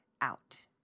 out